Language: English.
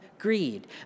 greed